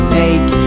take